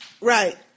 Right